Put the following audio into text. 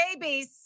babies